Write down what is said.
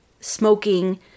Smoking